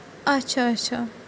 اچھا اچھا